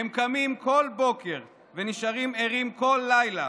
הם קמים כל בוקר ונשארים ערים כל לילה